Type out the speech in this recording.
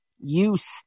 use